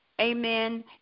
amen